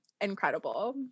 Incredible